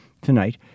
Tonight